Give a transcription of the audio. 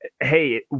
hey